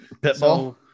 Pitbull